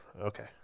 Okay